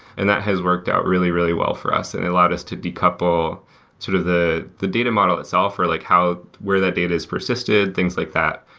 and that has worked out really, really well for us and allowed us to decouple sort of the the data model itself or like where that data is persisted, things like that,